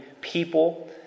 people